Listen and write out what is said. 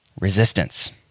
resistance